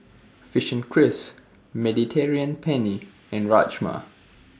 Fishing Cris Mediterranean Penne and Rajma